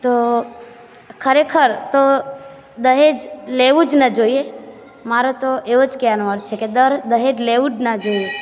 તો ખરેખર તો દહેજ લેવું જ ન જોઈએ મારો તો એવો જ કેનો અર્થ છે કે દર દહેજ લેવું જ ના જોઈએ